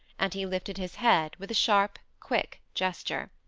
and he lifted his head with a sharp, quick gesture.